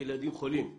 ילדים חולים,